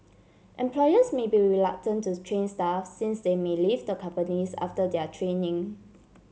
employers may be reluctant to train staff since they may leave the companies after their training